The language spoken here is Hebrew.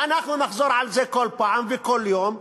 ואנחנו נחזור על זה כל פעם וכל יום,